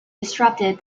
disrupted